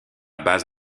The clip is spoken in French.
base